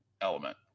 element